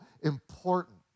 important